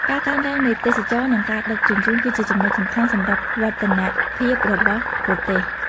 ការកើនឡើងនៃទេសចរណ៍និងការដឹកជញ្ជូនគឺជាចំណុចសំខាន់សម្រាប់វឌ្ឍនភាពរបស់ប្រទេស។